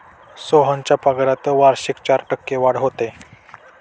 सोहनच्या पगारात वार्षिक चार टक्के वाढ होते